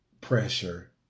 pressure